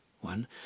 one